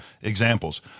examples